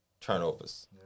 turnovers